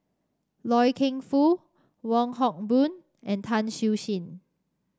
Loy Keng Foo Wong Hock Boon and Tan Siew Sin